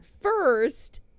First